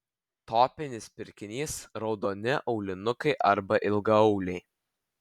topinis pirkinys raudoni aulinukai arba ilgaauliai